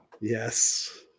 Yes